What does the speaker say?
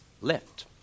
left